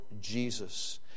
Jesus